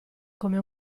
come